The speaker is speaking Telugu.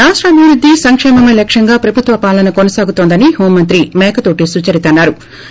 రాష్ట అభివృద్ధి సంక్షేమమే లక్ష్యంగా ప్రభుత్వపాలన కొనసాగుతోందని హోంమంత్రి మేకతోటి సుచరిత అన్నా రు